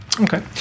Okay